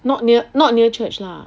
not near not near church lah